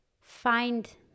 find